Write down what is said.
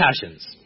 passions